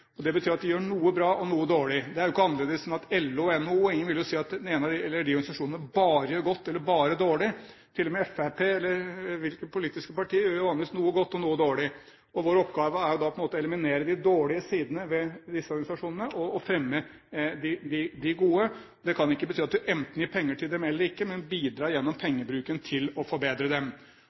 Det betyr at de gjør noe bra og noe dårlig. Det er jo ikke annerledes enn for LO og NHO – ingen vil jo si at de organisasjonene bare gjør godt eller bare dårlig. Til og med Fremskrittspartiet, eller et hvilket som helst politisk parti, gjør jo vanligvis noe godt og noe dårlig. Vår oppgave er jo da på en måte å eliminere de dårlige sidene ved disse organisasjonene og fremme de gode. Det kan ikke bety at man enten gir penger til dem eller ikke, men at man gjennom pengebruken bidrar til å forbedre dem.